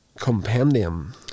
Compendium